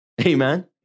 amen